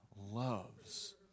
loves